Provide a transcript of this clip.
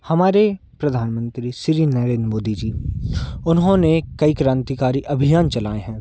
हमारे प्रधान मंत्री श्री नरेंद्र मोदी जी उन्होंने कई क्रांतकारी अभियान चलाएँ हैं